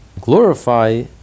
glorify